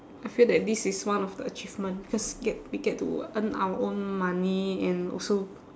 I feel that this is one of the achievement cause get we get to earn our own money and also